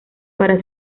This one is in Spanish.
para